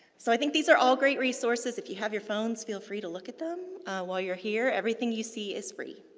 so, i think these are all great resources. if you have your phones, feel free to look at them while you're here. everything you see is free.